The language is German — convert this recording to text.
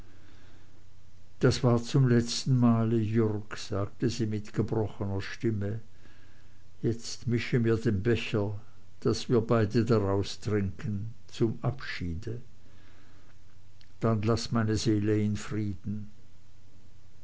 das war zum letzten male jürg sagte sie mit gebrochener stimme jetzt mische mir den becher daß wir beide daraus trinken zum abschiede dann laß meine seele in frieden